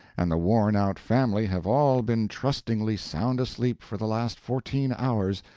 and the worn-out family have all been trustingly sound asleep for the last fourteen hours,